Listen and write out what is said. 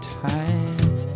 time